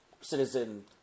citizen